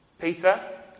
Peter